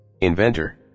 Inventor